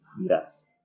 Yes